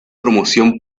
promoción